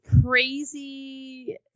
crazy